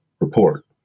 report